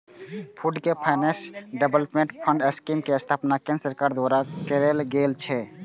pooled finance development fund scheme के स्थापना केंद्र सरकार द्वारा कैल गेल छै